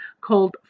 called